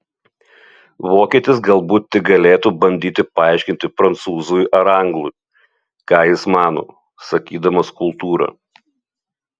vokietis galbūt tik galėtų bandyti paaiškinti prancūzui ar anglui ką jis mano sakydamas kultūra